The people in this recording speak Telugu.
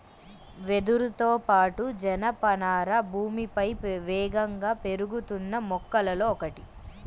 వెదురుతో పాటు, జనపనార భూమిపై వేగంగా పెరుగుతున్న మొక్కలలో ఒకటి